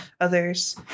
others